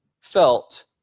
felt